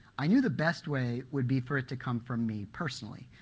i knew the best way would be for it to come from me personally.